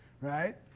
right